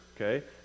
okay